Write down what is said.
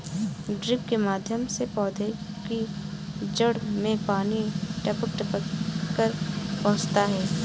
drip के माध्यम से पौधे की जड़ में पानी टपक टपक कर पहुँचता है